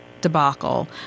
debacle